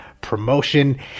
promotion